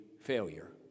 failure